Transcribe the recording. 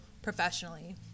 professionally